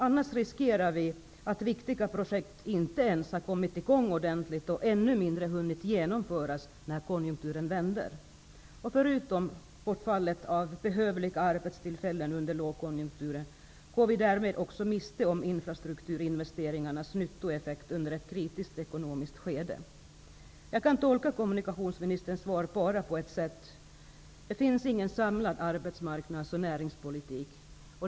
Annars riskerar vi att viktiga projekt inte ens har kommit i gång ordentligt och ännu mindre har hunnit genomföras när konjunkturen vänder. Förutom bortfallet av behövliga arbetstillfällen under lågkonjunkturen går vi därmed också miste om infrastrukturinvesteringarnas nyttoeffekt i ett kritiskt ekonomiskt skede. Jag tolkar kommunikationsministerns svar bara på ett sätt, nämligen att det inte finns någon samlad arbetsmarknads och näringspolitik.